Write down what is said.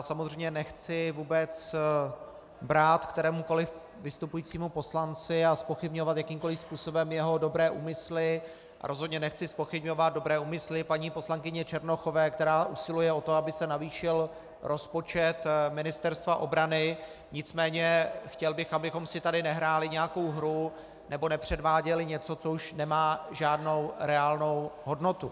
Samozřejmě nechci vůbec brát kterémukoliv vystupujícímu poslanci a zpochybňovat jakýmkoliv způsobem jeho dobré úmysly a rozhodně nechci zpochybňovat dobré úmysly paní poslankyně Černochové, která usiluje o to, aby se navýšil rozpočet Ministerstva obrany, nicméně bych chtěl, abychom si tady nehráli nějakou hru nebo nepředváděli něco, co už nemá žádnou reálnou hodnotu.